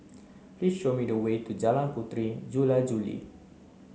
please show me the way to Jalan Puteri Jula Juli